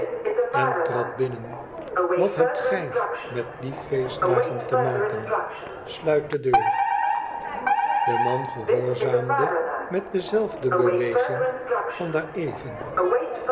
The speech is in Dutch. en trad binnen wat hebt gij met die feestdagen te maken sluit de deur de man gehoorzaamde met dezelfde beweging van daar even